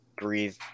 breathe